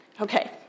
Okay